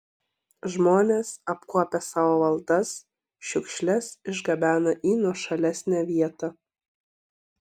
žmonės apkuopę savo valdas šiukšles išgabena į nuošalesnę vietą